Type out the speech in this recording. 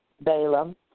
Balaam